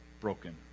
broken